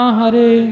Hare